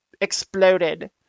exploded